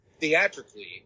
theatrically